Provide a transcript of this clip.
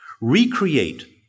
recreate